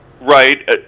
right